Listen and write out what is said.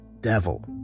Devil